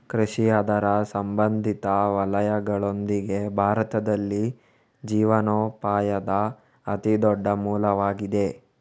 ಕೃಷಿ ಅದರ ಸಂಬಂಧಿತ ವಲಯಗಳೊಂದಿಗೆ, ಭಾರತದಲ್ಲಿ ಜೀವನೋಪಾಯದ ಅತಿ ದೊಡ್ಡ ಮೂಲವಾಗಿದೆ